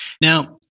Now